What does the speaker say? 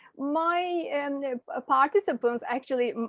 my and ah participants actually